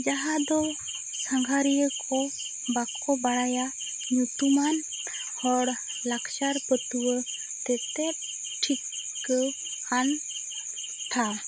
ᱡᱟᱦᱟᱸ ᱫᱚ ᱥᱟᱝᱜᱷᱟᱨᱤᱭᱟᱹ ᱠᱚ ᱵᱟᱠᱚ ᱵᱟᱲᱟᱭᱟ ᱧᱩᱛᱩᱢᱟᱱ ᱦᱚᱲ ᱞᱟᱠᱪᱟᱨ ᱯᱟᱹᱛᱷᱩᱣᱟ ᱛᱮᱛᱮᱫ ᱴᱷᱤᱠ ᱠᱟᱹ ᱦᱟᱱ ᱴᱷᱟ